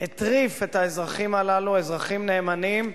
את האזרחים הללו, אזרחים נאמנים,